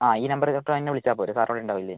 ആ ഈ നമ്പറില് തന്നെ വിളിച്ചാല് പോരെ സാര് ഇവിടെയുണ്ടാവില്ലേ